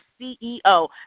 CEO